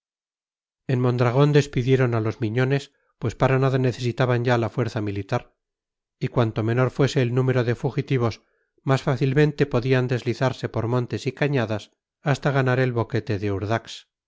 en mondragón despidieron a los miñones pues para nada necesitaban ya la fuerza militar y cuanto menor fuese el número de fugitivos más fácilmente podían deslizarse por montes y cañadas hasta ganar el boquete de urdax